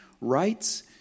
Rights